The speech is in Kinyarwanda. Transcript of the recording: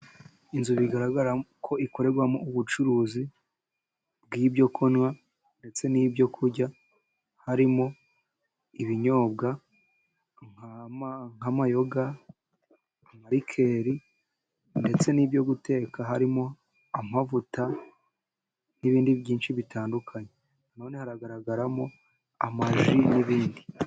Inzu bigaragara ko ikorerwamo ubucuruzi bw'ibyokunywa ndetse n'ibyokurya harimo ibinyobwa nk'amayoga, likeri, ndetse n'ibyo guteka harimo amavuta, n'ibindi byinshi bitandukanye nanone hagaragaramo amaji n'ibindi.